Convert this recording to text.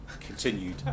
continued